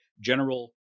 general